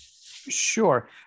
Sure